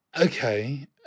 Okay